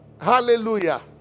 Hallelujah